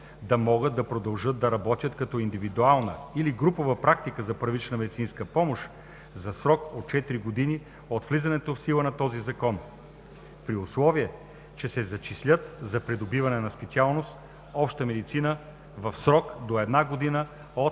да могат да продължат да работят като индивидуална или групова практика за първична медицинска помощ за срок от четири години от влизането в сила на този закон, при условие че се зачислят за придобиване на специалност „Обща медицина“ в срок до една година от